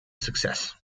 success